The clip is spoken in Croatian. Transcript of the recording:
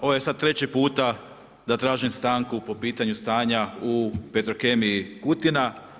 Ovo je sad treći puta da tražim stanku po pitanju stanja u Petrokemiji Kutina.